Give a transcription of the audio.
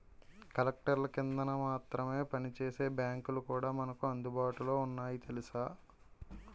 కలెక్టర్ల కిందన మాత్రమే పనిచేసే బాంకులు కూడా మనకు అందుబాటులో ఉన్నాయి తెలుసా